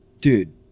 Dude